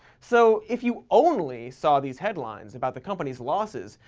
so if you only saw these headlines about the company's losses,